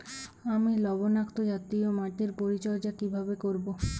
আমি লবণাক্ত জাতীয় মাটির পরিচর্যা কিভাবে করব?